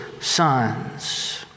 sons